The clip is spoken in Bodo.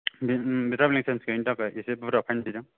बे ओ द्राइभिं लाइसेन्स गैयैनि थाखाय इसे बुरजा फाइन बिदों